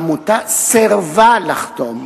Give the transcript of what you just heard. העמותה סירבה לחתום